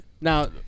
Now